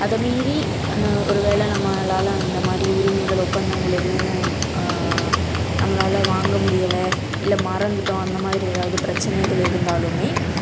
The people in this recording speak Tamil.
அதை மீறி ஆனால் ஒரு வேளை நம்மளால் அந்த மாதிரி உரிமைகள் ஒப்பந்தங்கள் எதுவும் நம்மளால் வாங்க முடியலை இல்லை மறந்துவிட்டோம் அந்த மாதிரி ஏதாவது பிரச்சினைகள் இருந்தாலுமே